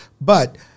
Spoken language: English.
But-